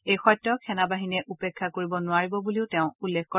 এই সত্যক সেনাবাহিনীয়ে উপেক্ষা কৰিব নোৱাৰিব বুলি তেওঁ উল্লেখ কৰে